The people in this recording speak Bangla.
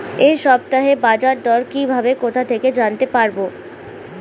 এই সপ্তাহের বাজারদর কিভাবে কোথা থেকে জানতে পারবো?